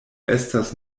estas